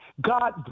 God